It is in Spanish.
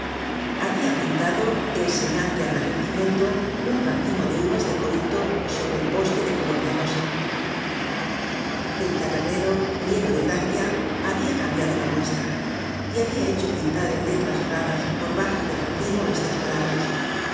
habia pintado en señal de agradecimiento un racimo de uvas de corinto sobre el poste de color de rosa el tabernero lleno de alegría habia cambiado la muestra y habia hecho pintar en letras doradas por bajo del racimo estas palabras